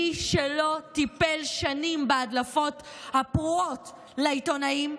מי שלא טיפל שנים בהדלפות הפרועות לעיתונאים,